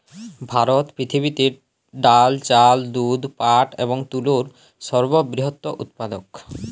ভারত পৃথিবীতে ডাল, চাল, দুধ, পাট এবং তুলোর সর্ববৃহৎ উৎপাদক